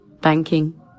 Banking